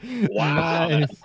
Wow